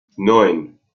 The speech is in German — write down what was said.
neun